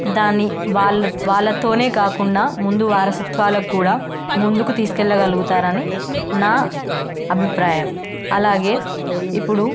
దాన్ని వాళ్ళతోనే కాకుండా ముందు వారసత్వాలకు కూడా ముందుకు తీసుకెళ్ళగలుగుతారని నా అభిప్రాయం అలాగే ఇప్పుడు